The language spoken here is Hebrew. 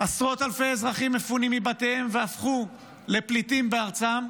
עשרות אלפי אזרחים מפונים מבתיהם והפכו לפליטים בארצם,